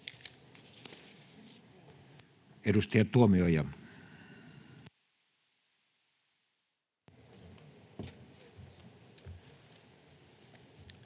Edustaja Tuomioja.